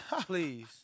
Please